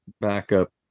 backup